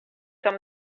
some